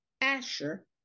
Asher